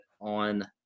on